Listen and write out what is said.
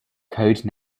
code